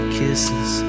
kisses